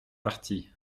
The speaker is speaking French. partis